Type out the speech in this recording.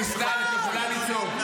דיסטל, את יכולה לצעוק,